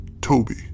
Toby